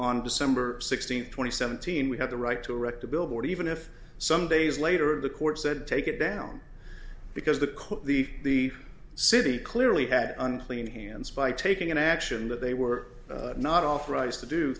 on december sixteenth twenty seventeen we have the right to erect a billboard even if some days later the court said take it down because the court the city clearly had unclean hands by taking an action that they were not authorized to do